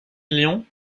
lyon